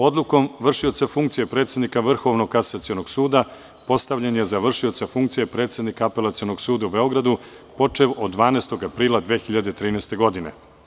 Odlukom vršioca funkcije predsednika Vrhovnog kasacionog suda postavljen je za vršioca funkcije predsednika Apelacionog suda u Beogradu počev od 12. aprila 2013. godine.